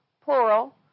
plural